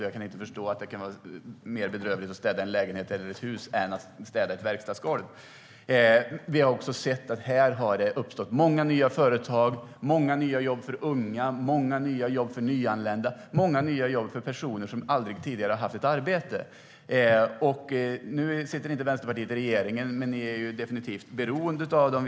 Jag kan inte förstå att det skulle vara mer bedrövligt att städa en lägenhet eller ett hus än att städa ett verkstadsgolv. Vi har också sett att det har uppstått många nya företag, många nya jobb för unga, många nya jobb för nyanlända - många nya jobb för personer som aldrig tidigare har haft ett arbete. Nu sitter inte Vänsterpartiet i regeringen, men ni är definitivt beroende av dem.